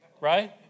Right